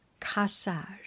Cassage